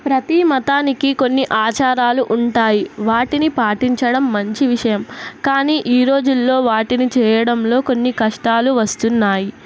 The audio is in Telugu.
ప్రతీ మతానికి కొన్ని ఆచారాలు ఉంటాయి వాటిని పాటించడం మంచి విషయం కానీ ఈ రోజుల్లో వాటిని చేయడంలో కొన్ని కష్టాలు వస్తున్నాయి